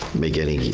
make any